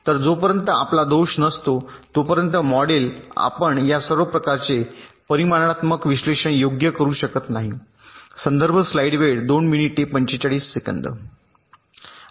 तर जोपर्यंत आपला दोष नसतो तोपर्यंत मॉडेल आपण या प्रकारचे परिमाणात्मक विश्लेषण योग्य करू शकत नाही